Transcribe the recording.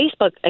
Facebook